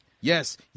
Yes